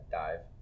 dive